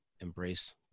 Embrace